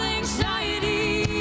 anxiety